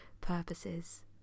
purposes